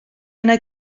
yno